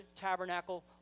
tabernacle